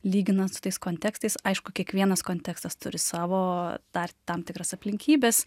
lyginant su tais kontekstais aišku kiekvienas kontekstas turi savo dar tam tikras aplinkybes